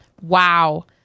Wow